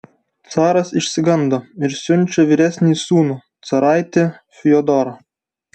caras išsigando ir siunčia vyresnįjį sūnų caraitį fiodorą